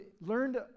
learned